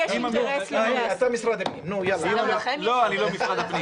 זה משהו אחר.